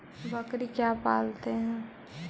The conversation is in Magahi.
बकरी क्यों पालते है?